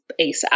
ASAP